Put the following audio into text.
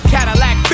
Cadillac